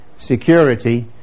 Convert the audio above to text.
security